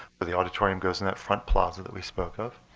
but the auditorium goes in that front plaza that we spoke of.